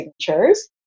signatures